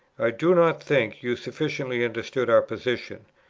do not think you sufficiently understood our position.